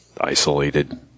isolated